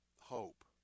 hope